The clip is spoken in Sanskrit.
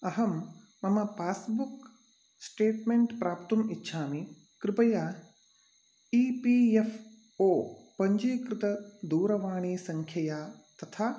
अहं मम पास्बुक् स्टेट्मेण्ट् प्राप्तुम् इच्छामि कृपया ई पी एफ़् ओ पञ्जीकृतदूरवाणीसङ्ख्यया तथा